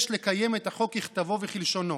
יש לקיים את החוק ככתבו וכלשונו.